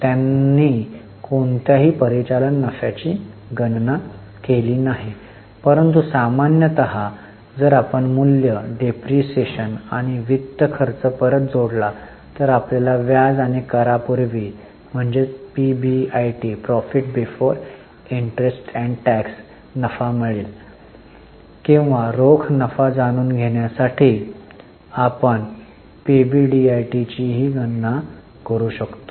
त्यांनी कोणत्याही परिचालन नफ्याची गणना केली नाही परंतु सामान्यत जर आपण मूल्य डेप्रिसिएशन आणि वित्त खर्च परत जोडला तर आपल्याला व्याज आणि करा पूर्वी पीबीआयटी नफा मिळेल किंवा रोख नफा जाणून घेण्यासाठी आपण पीबीडीआयटीचीही गणना करू शकतो